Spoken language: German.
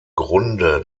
grunde